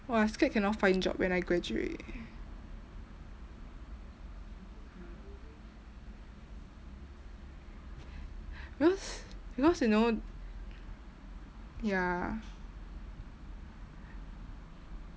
!wah! I scared cannot find job when I graduate because because you know ya